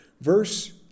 verse